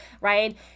right